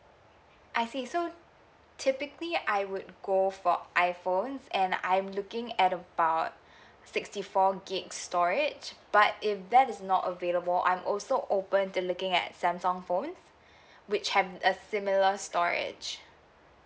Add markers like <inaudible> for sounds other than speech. I see so typically I would go for iphones and I'm looking at about <breath> sixty four gig storage but if that is not available I'm also open to looking at samsung phones <breath> which have a similar storage